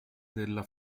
della